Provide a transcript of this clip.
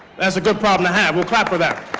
that's a good problem to have. we'll clap for that,